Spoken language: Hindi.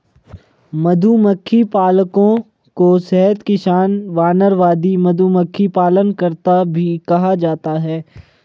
मधुमक्खी पालकों को शहद किसान, वानरवादी, मधुमक्खी पालनकर्ता भी कहा जाता है